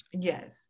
Yes